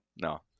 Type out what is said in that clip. no